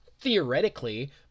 Theoretically